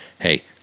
hey